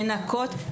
לנקות,